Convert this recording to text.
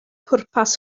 pwrpas